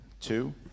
Two